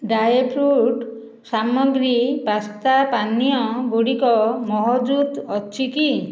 dry fruit ସାମଗ୍ରୀ pasta ପାନୀୟ ଗୁଡ଼ିକ ମହଜୁଦ ଅଛି କି